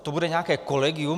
To bude nějaké kolegium?